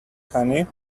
honey